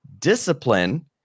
discipline